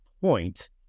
point